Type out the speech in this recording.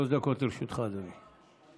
שלוש דקות לרשותך, אדוני.